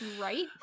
Right